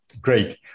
Great